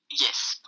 Yes